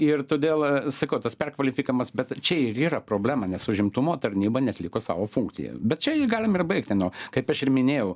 ir todėl sakau tas perkvalifikavimas bet čia ir yra problema nes užimtumo tarnyba neatliko savo funkcijų bet čia galim ir baigti kaip aš ir minėjau